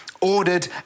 ordered